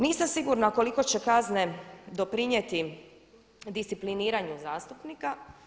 Nisam sigurna koliko će kazne doprinijeti discipliniranju zastupnika.